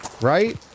right